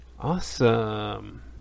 awesome